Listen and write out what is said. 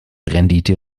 rendite